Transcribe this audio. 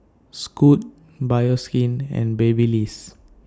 Scoot Bioskin and Babyliss